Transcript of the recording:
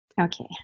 Okay